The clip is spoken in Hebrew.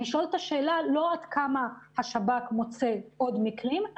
לשאול את השאלה לא עד כמה השב"כ מוצא עוד מקרים,